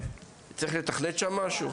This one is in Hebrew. צריך לתכנת שם משהו?